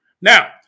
Now